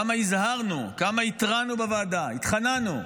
כמה הזהרנו, כמה התרעמנו בוועדה, התחננו.